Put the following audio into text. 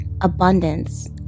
abundance